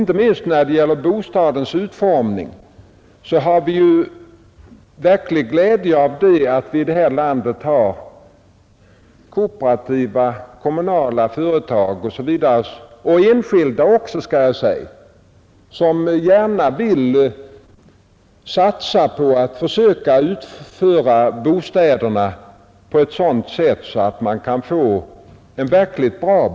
Inte minst när det gäller bostadens utformning har vi verklig glädje av att här i landet ha kooperativa och kommunala företag och även enskilda företag som gärna vill satsa på att försöka få så bra bostäder som möjligt och som är villiga att experimentera.